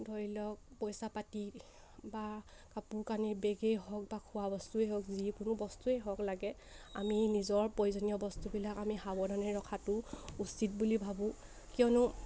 ধৰি লওক পইচা পাতি বা কাপোৰ কানি বেগেই হওক বা খোৱা বস্তুৱেই হওক যিকোনো বস্তুৱেই হওক লাগে আমি নিজৰ প্ৰয়োজনীয় বস্তুবিলাক আমি সাৱধানে ৰখাটো উচিত বুলি ভাবোঁ কিয়নো